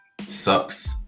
sucks